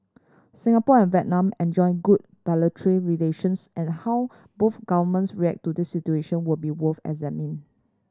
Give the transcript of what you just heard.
Singapore and Vietnam enjoy good bilateral relations and how both governments react to this situation will be worth examining